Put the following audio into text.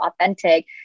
authentic